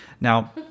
now